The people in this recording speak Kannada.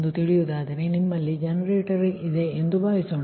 ಎಂದು ತಿಳಿಯುವುದಾದರೆ ನಿಮ್ಮಲ್ಲಿ ಜನರೇಟರ್ ಇದೆ ಎಂದು ಭಾವಿಸೋಣ